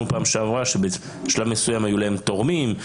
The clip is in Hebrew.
פעם שעברה שבשלב מסוים היו להם תורמים,